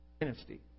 Dynasty